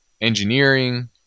engineering